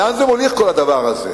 לאן זה מוליך כל הדבר הזה?